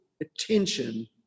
attention